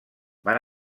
van